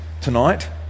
tonight